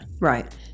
Right